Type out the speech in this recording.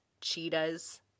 cheetahs